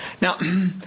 Now